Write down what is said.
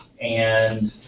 and